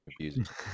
confusing